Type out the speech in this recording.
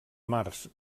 mars